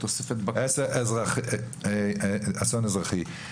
אסון אזרחי.